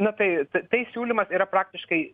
na tai tai siūlymas yra praktiškai